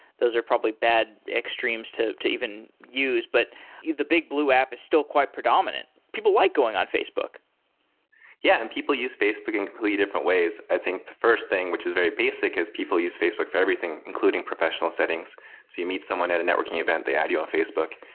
those are probably bad extremes to to even use. but the big blue app is still quite predominant. people like going on facebook yeah, and people use facebook in completely different ways. i think the first thing, which is very basic, is people use facebook for everything, including professional settings. so you meet someone at a networking event. they add you on facebook,